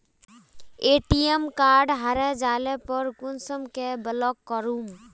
ATM card हरे जाले पर कुंसम के ब्लॉक करूम?